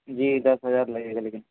جی دس ہزار لگے گا لیکن